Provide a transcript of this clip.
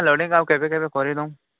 ହଁ ଲୋଡ଼ିଙ୍ଗ୍ କାମ କେବେ କେବେ କରିଦେଉ